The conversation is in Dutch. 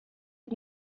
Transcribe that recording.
het